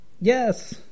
Yes